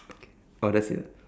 okay oh that's it ah